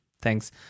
Thanks